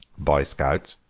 boy scouts?